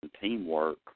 Teamwork